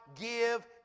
give